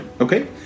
Okay